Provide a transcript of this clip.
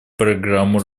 программу